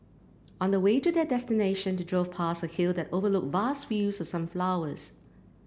on the way to their destination they drove past a hill that overlooked vast fields of sunflowers